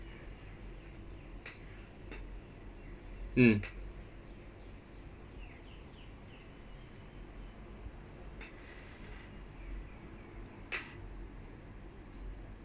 mm